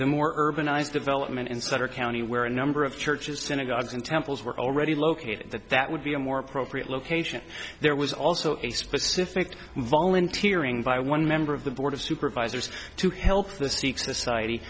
the more urbanized development in sutter county where a number of churches synagogues and temples were already located that that would be a more appropriate location there was also a specific volunteer ng by one member of the board of supervisors to help the sikh society